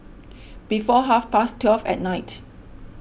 before half past twelve at night